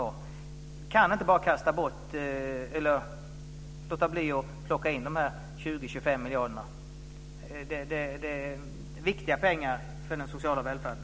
Vi kan inte låta bli att plocka in dessa 20-25 miljarder. Det är viktiga pengar för den sociala välfärden.